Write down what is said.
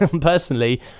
Personally